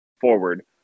forward